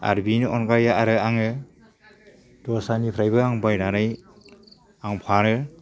आरो बेनि अनगायै आरो आङो दस्रानिफ्रायबो आं बायनानै आं फानो